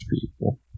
people